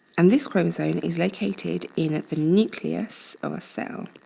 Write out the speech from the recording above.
and this chromosome is located in the nucleus of a cell.